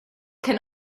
can